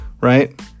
right